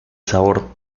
sabor